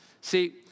See